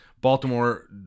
Baltimore